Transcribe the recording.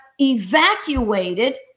evacuated